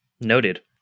Noted